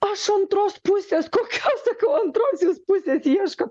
aš antros pusės kokios sakau antros jūs pusės ieškot